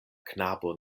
knabo